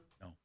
No